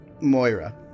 Moira